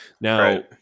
Now